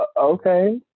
okay